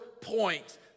point